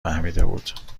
فهمیدهبود